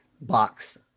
box